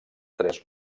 tres